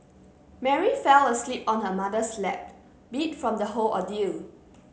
Mary fell asleep on her mother's lap beat from the whole ordeal